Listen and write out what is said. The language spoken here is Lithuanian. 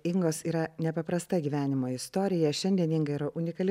ingos yra nepaprasta gyvenimo istorija šiandien inga yra unikali